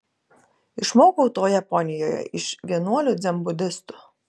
išmokau to japonijoje iš vienuolių dzenbudistų